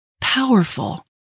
powerful